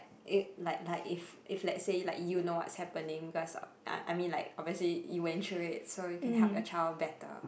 eh like like if if let's say like you know what's happening because I I mean like obviously you went through it so you can help your child better